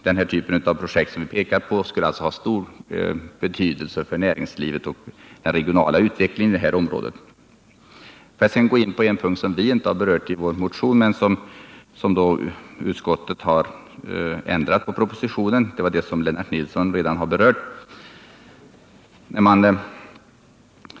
Den typ av projekt vi här pekar på skulle ha stor betydelse för näringslivet och den regionala utvecklingen i detta område. Jag vill sedan gå in på en punkt som vi inte berört i vår motion men där utskottet föreslagit en ändring i propositionen. Lennart Nilsson har redan berört detta.